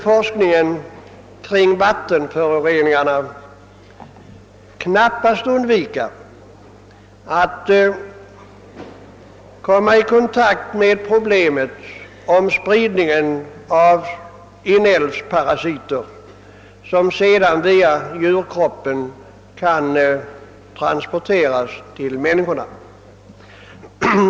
Forskningen kring vattenföroreningarna kan t.ex. knappast undvika att komma i kontakt med problemet med inälvsparasiter, som via djurkroppen kan överföras till människan.